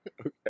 Okay